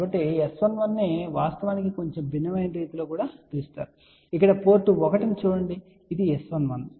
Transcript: కాబట్టి S11 ను వాస్తవానికి కొంచెం భిన్నమైన రీతిలో కూడా పిలుస్తారు ఇక్కడ పోర్ట్ 1 ను చూడండి ఇది S11